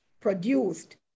produced